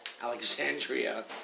Alexandria